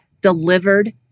delivered